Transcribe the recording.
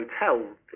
hotels